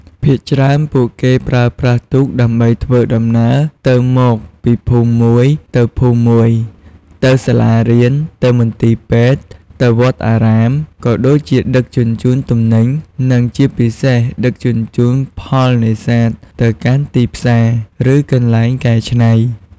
ភាគច្រើនពួកគេប្រើប្រាស់ទូកដើម្បីធ្វើដំណើរទៅមកពីភូមិមួយទៅភូមិមួយ ទៅសាលារៀន ទៅមន្ទីរពេទ្យ ទៅវត្តអារាម ក៏ដូចជាដឹកជញ្ជូនទំនិញ និងជាពិសេសដឹកជញ្ជូនផលនេសាទទៅកាន់ទីផ្សារ ឬកន្លែងកែច្នៃ។